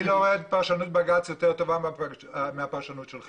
אני לא רואה את פרשנות בג"ץ יותר טובה מהפרשנות שלך.